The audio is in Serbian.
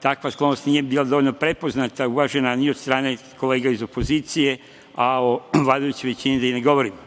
takva sklonost nije bila dovoljno prepoznata, uvažena ni od strane kolega iz opozicije, a o vladajućoj većini da i ne govorim.